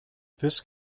this